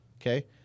okay